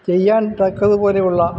ചെയ്യാൻ തക്കതുപോലെയുള്ള